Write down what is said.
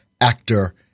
actor